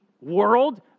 world